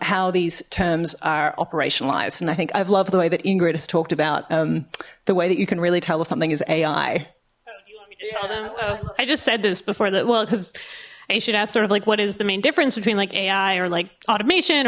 how these terms are operationalized and i think i've loved the way that ingrid has talked about the way that you can really tell if something is a i i just said this before that well because i should have sort of like what is the main difference between like ai or like automation